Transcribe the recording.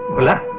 bhola